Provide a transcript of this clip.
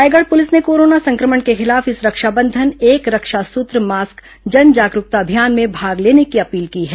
Raigarh police ने corona संक्रमण के खिलाफ इस रक्षाबंधन एक रक्षासूत्र मास्क जन जागरूकता महाभियान में भाग लेने की अपील की है